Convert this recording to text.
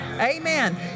Amen